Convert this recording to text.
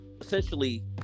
essentially